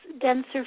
denser